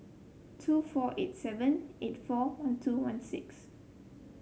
two four eight seven eight four one two one six